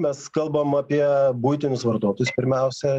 mes kalbam apie buitinius vartotojus pirmiausia